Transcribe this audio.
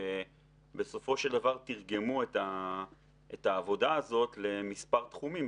שבסופו של דבר תרגמו את העבודה הזאת למספר תחומים,